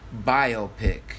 biopic